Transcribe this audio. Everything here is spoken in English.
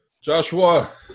Joshua